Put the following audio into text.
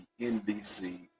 nbc